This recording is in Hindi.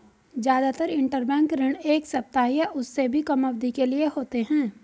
जादातर इन्टरबैंक ऋण एक सप्ताह या उससे भी कम अवधि के लिए होते हैं